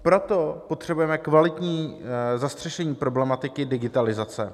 Proto potřebujeme kvalitní zastřešení problematiky digitalizace.